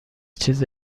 چیز